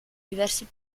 diversi